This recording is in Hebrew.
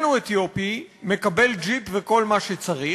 שאיננו אתיופי מקבל ג'יפ וכל מה שצריך,